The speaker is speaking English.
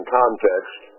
context